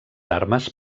armes